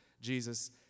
Jesus